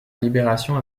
libération